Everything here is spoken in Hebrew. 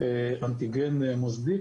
באנטיגן מוסדי,